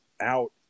out